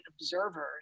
observers